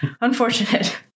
unfortunate